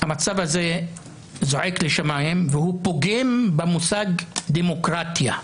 המצב הזה זועק לשמיים, והוא פוגם במושג דמוקרטיה.